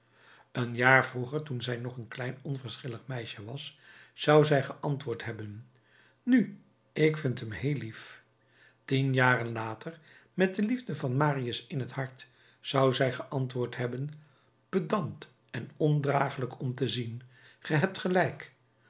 een jaar vroeger toen zij nog een klein onverschillig meisje was zou zij geantwoord hebben nu ik vind hem heel lief tien jaren later met de liefde van marius in het hart zou zij geantwoord hebben pedant en ondragelijk om te zien ge hebt gelijk